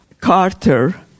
Carter